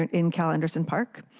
and in cal anderson park.